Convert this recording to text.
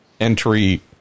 entry